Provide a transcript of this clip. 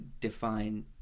define